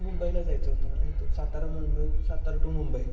मुंबईला जायचं होतं मला इथून सातारा मुंबई सातारा टू मुंबई